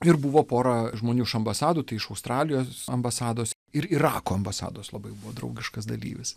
ir buvo pora žmonių iš ambasadų tai iš australijos ambasados ir irako ambasados labai buvo draugiškas dalyvis